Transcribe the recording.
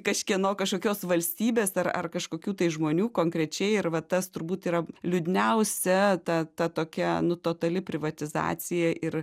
kažkieno kažkokios valstybės ar ar kažkokių tai žmonių konkrečiai ir va tas turbūt yra liūdniausia ta ta tokia nu totali privatizacija ir